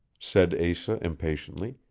said asa impatiently.